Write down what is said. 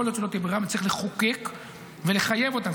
יכול להיות שלא תהיה ברירה ונצטרך לחוקק ולחייב אותם.